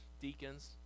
deacons